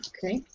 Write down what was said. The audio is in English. Okay